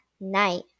Night